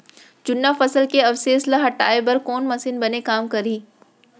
जुन्ना फसल के अवशेष ला हटाए बर कोन मशीन बने काम करही?